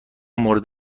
مورد